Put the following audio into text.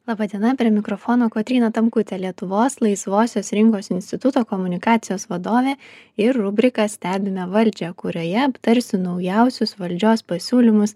laba diena prie mikrofono kotryna tamkutė lietuvos laisvosios rinkos instituto komunikacijos vadovė ir rubrika stebime valdžią kurioje aptarsiu naujausius valdžios pasiūlymus